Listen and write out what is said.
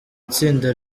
itsinda